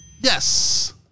yes